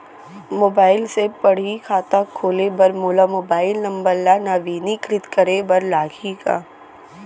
Mobile से पड़ही खाता खोले बर मोला मोबाइल नंबर ल नवीनीकृत करे बर लागही का?